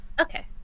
Okay